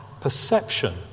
perception